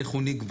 איך הוא נגבה,